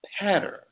pattern